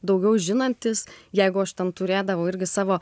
daugiau žinantys jeigu aš tam turėdavau irgi savo